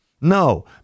No